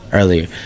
earlier